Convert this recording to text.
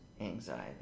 anxiety